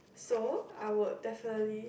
so I would definitely